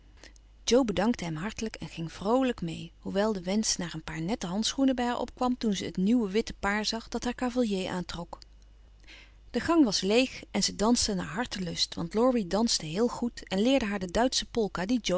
jo bedankte hem hartelijk en ging vroolijk mee hoewel de wensch naar een paar nette handschoenen bij haar opkwam toen ze het nieuwe witte paar zag dat haar cavalier aantrok de gang was leeg en ze dansten naar hartelust want laurie danste heel goed en leerde haar de duitsche